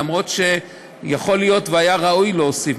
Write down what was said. אף שיכול להיות שהיה ראוי להוסיף?